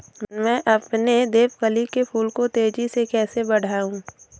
मैं अपने देवकली के फूल को तेजी से कैसे बढाऊं?